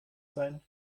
sein